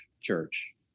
Church